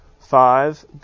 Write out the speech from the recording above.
Five